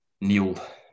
Neil